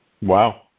Wow